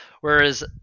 whereas